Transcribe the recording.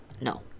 No